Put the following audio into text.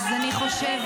אני הולכת